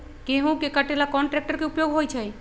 गेंहू के कटे ला कोंन ट्रेक्टर के उपयोग होइ छई?